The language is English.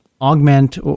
augment